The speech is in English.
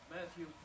Matthew